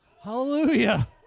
hallelujah